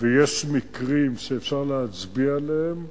ויש מקרים שאפשר להצביע עליהם,